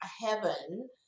heaven